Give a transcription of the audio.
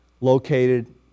located